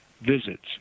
visits